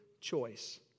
choice